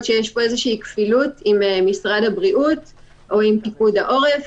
שיש פה כפילות עם משרד הבריאות או עם פיקוד העורף.